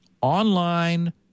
online